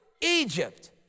Egypt